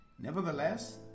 Nevertheless